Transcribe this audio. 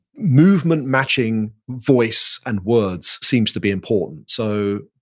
movement matching voice and words seems to be important. so,